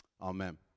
Amen